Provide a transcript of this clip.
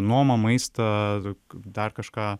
nuomą maistą dar kažką